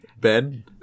Ben